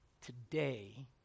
today